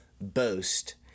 boast